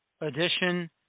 edition